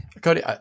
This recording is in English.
Cody